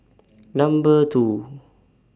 Number two